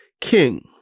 king